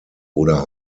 oder